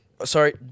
Sorry